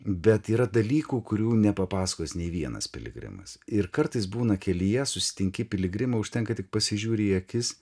bet yra dalykų kurių nepapasakos nei vienas piligrimas ir kartais būna kelyje susitinki piligrimą užtenka tik pasižiūri į akis